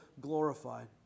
glorified